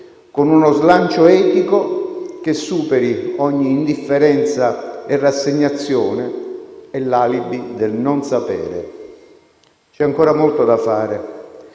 con uno slancio etico che superi ogni indifferenza e rassegnazione e l'alibi del non sapere. C'è ancora molto da fare